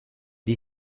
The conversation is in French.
des